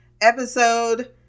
episode